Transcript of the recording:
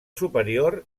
superior